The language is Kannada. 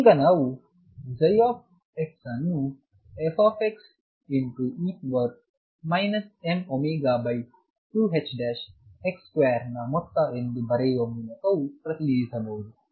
ಈಗ ನಾವು x ಅನ್ನು fe mω2ℏx2ನ ಮೊತ್ತ ಎಂದು ಬರೆಯುವ ಮೂಲಕವೂ ಪ್ರತಿನಿಧಿಸಬಹುದು